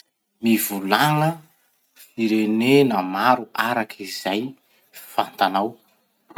Mivolagna firenena maro araky zay fantanao.